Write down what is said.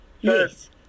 Yes